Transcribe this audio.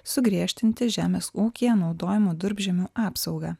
sugriežtinti žemės ūkyje naudojamo durpžemio apsaugą